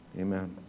Amen